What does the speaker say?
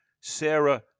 Sarah